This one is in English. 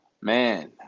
Man